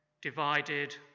divided